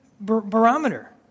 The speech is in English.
barometer